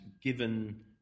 given